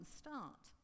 start